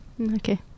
Okay